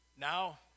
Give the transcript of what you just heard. now